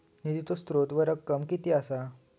निधीचो स्त्रोत व रक्कम कीती असा?